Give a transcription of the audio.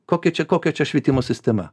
kokia čia kokia čia švietimo sistema